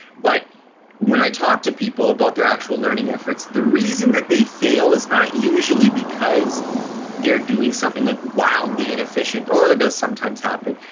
but when i talk to people about their actual learning efforts, the reason that they fail is not usually because they're doing something wildly inefficient, although that does sometimes happen.